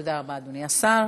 תודה רבה, אדוני השר.